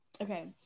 Okay